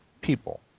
people